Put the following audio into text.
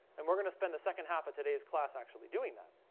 and we're going to spend the second half of today's class actually doing that.